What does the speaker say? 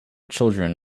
children